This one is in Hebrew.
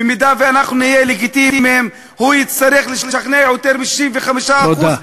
במידה שאנחנו נהיה לגיטימיים הוא יצטרך לשכנע יותר מ-65% תודה.